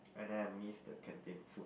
and then I miss the canteen food